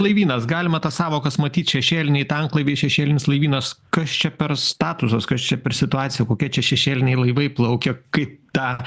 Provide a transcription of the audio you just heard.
laivynas galima tas sąvokas matyt šešėliniai tanklaiviai šešėlinis laivynas kas čia per statusas kas čia per situacija kokie čia šešėliniai laivai plaukia kaip tą